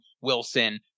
Wilson